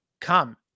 come